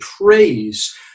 praise